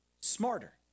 smarter